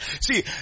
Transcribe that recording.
See